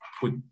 put